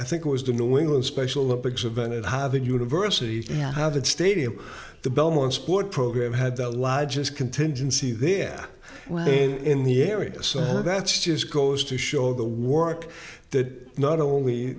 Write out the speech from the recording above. i think it was the new england special olympics event at harvard university and how that stadium the belmont sports program had the lodges contingency there in the area so that's just goes to show the work that not only